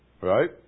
Right